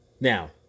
Now